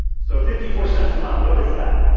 so fifty four cents a mile, what is that?